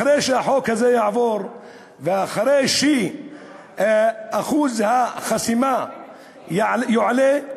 אחרי שהחוק הזה יעבור ואחרי שאחוז החסימה יועלה,